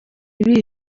ibihe